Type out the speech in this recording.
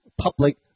public